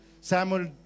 Samuel